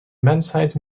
mensheid